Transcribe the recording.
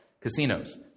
casinos